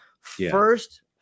first